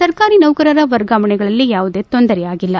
ಸರ್ಕಾರಿ ನೌಕರರ ವರ್ಗಾವಣೆಗಳಲ್ಲಿ ಯಾವುದೇ ತೊಂದರೆ ಆಗಿಲ್ಲ